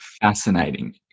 fascinating